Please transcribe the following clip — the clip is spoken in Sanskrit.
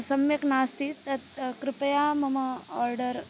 सम्यक् नास्ति तत् कृपया मम आर्डर्